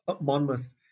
Monmouth